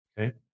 Okay